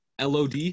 LOD